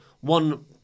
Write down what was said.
one